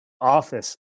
office